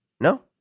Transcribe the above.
No